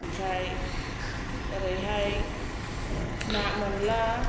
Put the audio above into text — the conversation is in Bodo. ओमफ्राय ओरैहाय ना मोनला